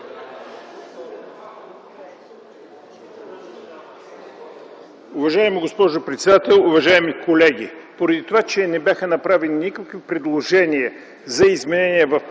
Уважаема госпожо председател, уважаеми колеги! Поради това, че не бяха направени никакви предложения за изменения в постъпилия,